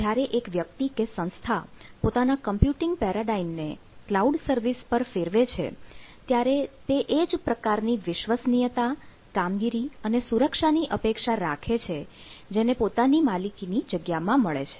જ્યારે એક વ્યક્તિ કે સંસ્થા પોતાના કમ્પ્યુટિંગ પેરાડાઇમ ને ક્લાઉડ સર્વિસ પર ફેરવે છે ત્યારે તે એ જ પ્રકારની વિશ્વસનીયતા કામગીરી અને સુરક્ષાની અપેક્ષા રાખે છે જે તેને પોતાની માલિકીની જગ્યામાં મળે છે